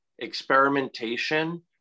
experimentation